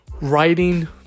writing